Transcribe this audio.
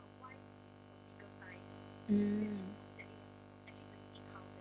mm